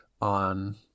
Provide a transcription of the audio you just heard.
on